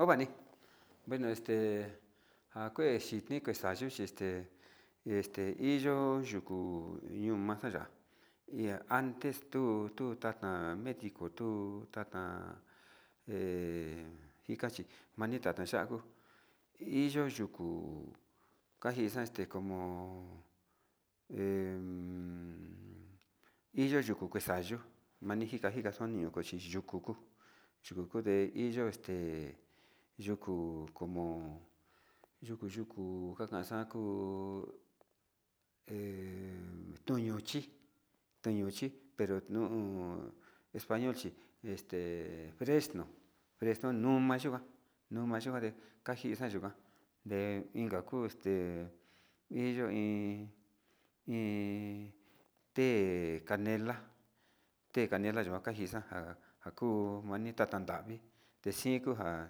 Ho vani bueno este njakue xhini kixayu este, este iyo yuku uu ion xaya iin antes tu tuu tata kiko tuu tadna he njikachi mani ta'na xhiako iyo'o yuku kaxina este como hen iya yuku kuexa'a njeyo manika nika kexa xhi yuku yuku kude hi yo este yuku como yuku yuku ka kan xa'a kuu he toño chi toño chi pero nu'u kaño chi pero fresno fresn numa yinjuan numaxode kanjixa yikuan de inka kuu este iyo iin iin té canela té canela yika yuixa njan njakuu manita tandavi, texiko jan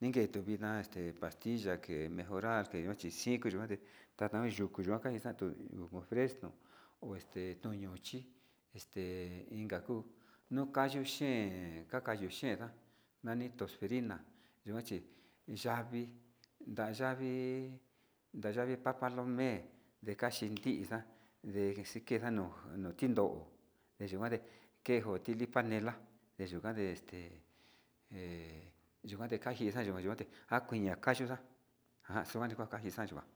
ine tuu vina este pastilla que mejorak tuitin xhikate tuyuku fresno ho este tuñuxhi este inka kuu yukanio xhen kaka xhenka nani toferina, yuanchi yavii nrayavi ntayavi papalo me'e ndekaxhiti xa'an ndekexanu nuu tindo nayikuan dee kenjo tii panela deyuke este he yukaji xadekaje yuante kanji ñakaxuxa njan yukuan njanixa'a kenjan.